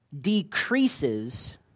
decreases